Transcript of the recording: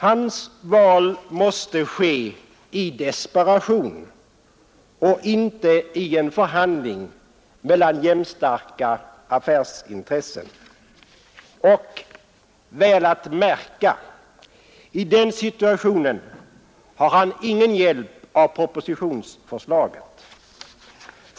Hans val måste ske i desperation och inte i en förhandling mellan jämnstarka affärsintressen, och — väl att märka — i den situationen har han ingen hjälp av propositionsförslaget.